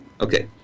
okay